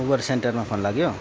Uber सेन्टरमा phone लाग्यो